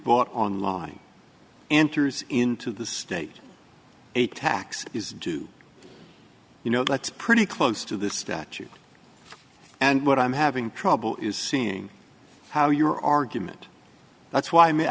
bought online and tears into the state a tax is due you know that's pretty close to the statute and what i'm having trouble is seeing how your argument that's why i